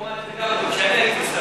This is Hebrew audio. כי הוא אמר את זה גם כשאני הייתי שר.